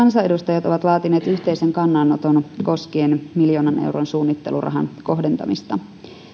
kansanedustajat ovat laatineet yhteisen kannanoton koskien miljoonan euron suunnittelurahan kohdentamista